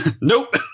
Nope